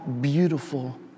beautiful